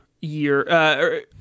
year